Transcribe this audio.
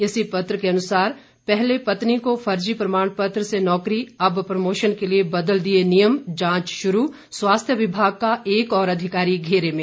इसी पत्र के अनुसार पहले पत्नी को फर्जी प्रमाणपत्र से नौकरी अब प्रमोशन के लिए बदल दिए नियम जांच शुरू स्वास्थ्य विभाग का एक और अधिकारी घेरे में